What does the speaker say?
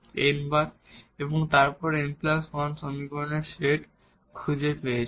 n বার এবং তারপর n 1 সমীকরণগুলির সেট খুঁজে পেয়েছে